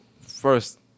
First